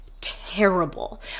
terrible